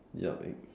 yup and